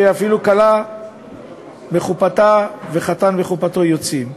שאפילו כלה בחופתה וחתן בחופתו יוצאים.